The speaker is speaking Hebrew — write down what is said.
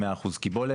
ביותר, ב-100% קיבולת.